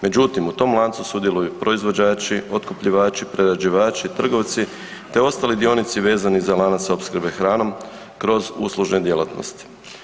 Međutim u tom lancu sudjeluju proizvođači, otkupljivači, prerađivači, trgovci te ostali dionici vezani za lanac opskrbe hranom kroz uslužne djelatnosti.